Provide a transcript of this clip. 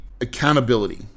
accountability